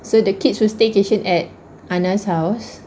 so the kids will staycation at ana's house